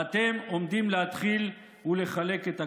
ואתם עומדים להתחיל לחלק את הכותל.